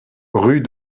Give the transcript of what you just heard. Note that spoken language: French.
rue